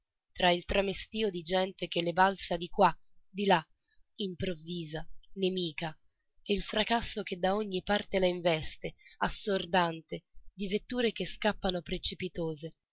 tra il tramestio di gente che le balza di qua di là improvvisa nemica e il fracasso che da ogni parte la investe assordante di vetture che scappano precipitose